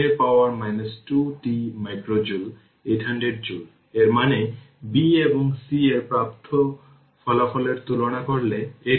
সুতরাং তাই এখানে এটি Ce q 1C1 1C2 এর পাওয়ার 1